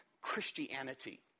Christianity